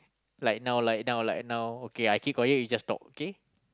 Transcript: like now like now like now okay I keep quiet you just talk okay